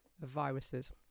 viruses